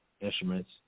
instruments